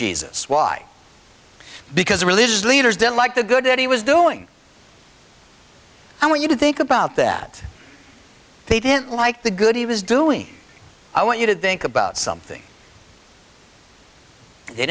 jesus why because religious leaders didn't like the good that he was doing and when you think about that they didn't like the good he was doing i want you to think about something they